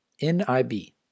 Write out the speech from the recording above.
N-I-B